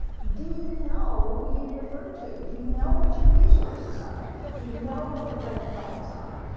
do you know who you'd refer to? do you know what your resources are? do you know what the red flags are?